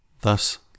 Thus